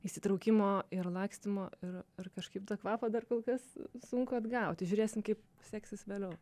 įsitraukimo ir lakstymo ir ir kažkaip tą kvapą dar kol kas sunku atgauti žiūrėsim kaip seksis vėliau